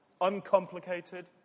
uncomplicated